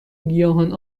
گیاهان